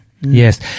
yes